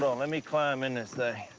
let me climb in this